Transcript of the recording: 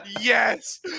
Yes